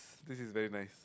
this is very nice